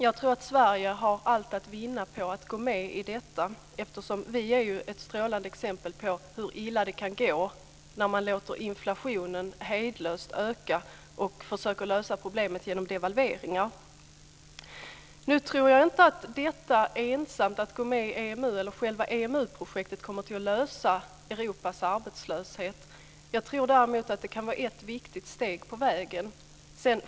Jag tror att Sverige har allt att vinna på att gå med i EMU, eftersom vi är ett strålande exempel på hur illa det kan gå när man låter inflationen öka hejdlöst och försöker lösa problemen genom devalveringar. Nu tror jag inte att detta att gå med i EMU eller själva EMU-projektet ensamt kommer att lösa Europas arbetslöshet. Jag tror däremot att det kan vara ett viktigt steg på vägen.